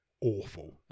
awful